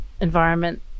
environment